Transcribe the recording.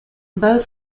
both